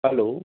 hello